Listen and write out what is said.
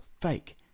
fake